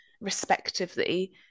respectively